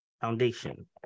foundation